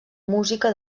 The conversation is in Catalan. música